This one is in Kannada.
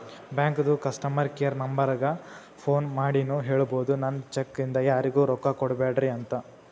ಬ್ಯಾಂಕದು ಕಸ್ಟಮರ್ ಕೇರ್ ನಂಬರಕ್ಕ ಫೋನ್ ಮಾಡಿನೂ ಹೇಳ್ಬೋದು, ನನ್ ಚೆಕ್ ಇಂದ ಯಾರಿಗೂ ರೊಕ್ಕಾ ಕೊಡ್ಬ್ಯಾಡ್ರಿ ಅಂತ